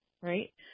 right